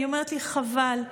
היא אומרת לי: חבל.